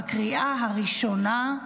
בקריאה הראשונה.